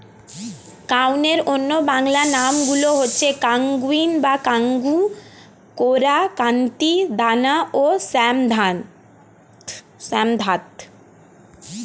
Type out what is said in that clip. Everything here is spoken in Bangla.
কাউনের অন্য বাংলা নামগুলো হচ্ছে কাঙ্গুই বা কাঙ্গু, কোরা, কান্তি, দানা ও শ্যামধাত